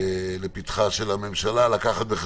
לפתחה של הממשלה לקחת את זה